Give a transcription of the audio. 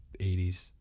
80s